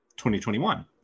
2021